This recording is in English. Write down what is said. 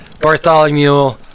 Bartholomew